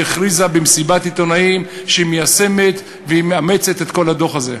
והכריזה במסיבת עיתונאים שהיא מיישמת ומאמצת את כל הדוח הזה.